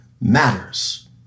matters